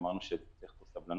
אמרנו שצריך סבלנות,